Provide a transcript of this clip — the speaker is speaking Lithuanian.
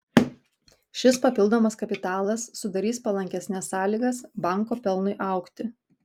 šis papildomas kapitalas sudarys palankesnes sąlygas banko pelnui augti